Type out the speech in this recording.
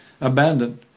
abandoned